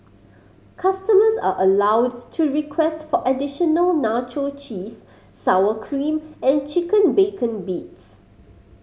customers are allowed to request for additional nacho cheese sour cream and chicken bacon bits